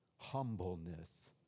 humbleness